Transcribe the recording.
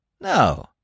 No